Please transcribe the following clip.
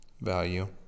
value